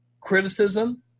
criticism